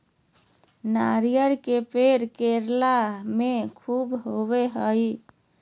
नारियल के पेड़ केरल में ख़ूब होवो हय